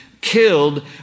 killed